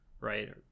right